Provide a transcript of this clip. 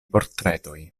portretoj